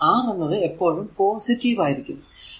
പിന്നെ R എന്നത് എപ്പോഴും പോസിറ്റീവ് ആയിരിക്കും